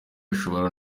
ashobora